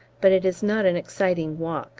but it is not an exciting walk